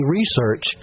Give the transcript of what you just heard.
research